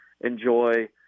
enjoy